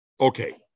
Okay